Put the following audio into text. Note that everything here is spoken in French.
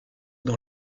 dans